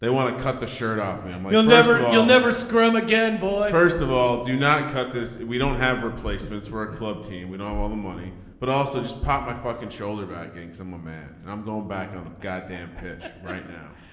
they want to cut the shirt off me and we'll never you'll never scream again boy first of all do not cut this. we don't have replacements we're a club team. we don't all the money but also just pop my fucking shoulder bag getting some ah man. and i'm going back on the goddamn pitch right now.